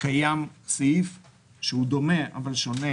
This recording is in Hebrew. קיים סעיף דומה, אבל שונה,